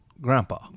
grandpa